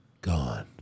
gone